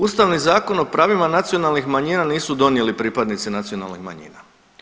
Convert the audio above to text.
Ustavni zakon o pravima nacionalnih manjina nisu donijeli pripadnici nacionalnih manjina.